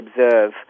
observe